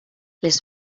les